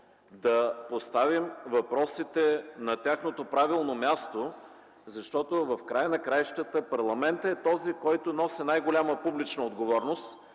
да поставим въпросите на тяхното правилно място. Защото в края на краищата парламентът е този, който носи най-голяма публична отговорност,